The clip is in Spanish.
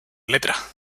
letra